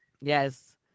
Yes